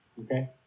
Okay